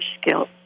skills